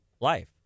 life